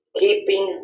keeping